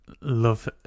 love